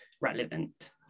relevant